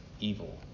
evil